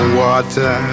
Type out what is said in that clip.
water